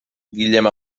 guillem